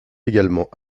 également